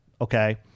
okay